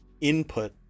input